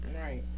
Right